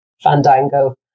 Fandango